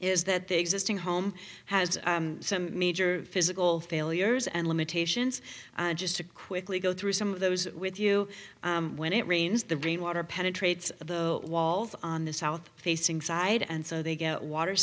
is that the existing home has some major physical failures and limitations and just to quickly go through some of those with you when it rains the rain water penetrates the walls on the south facing side and so they get water